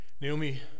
Naomi